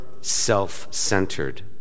self-centered